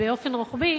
באופן רוחבי,